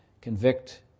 convict